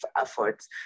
efforts